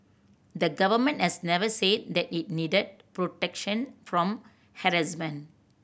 the Government has never said that it needed protection from harassment